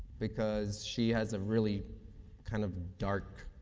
because she has a really kind of dark